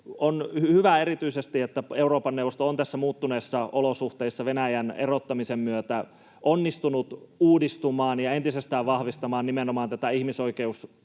On hyvä erityisesti, että Euroopan neuvosto on näissä muuttuneissa olosuhteissa, Venäjän erottamisen myötä, onnistunut uudistumaan ja entisestään vahvistamaan nimenomaan ihmisoikeuksien,